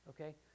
okay